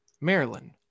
Maryland